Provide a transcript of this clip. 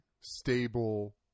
stable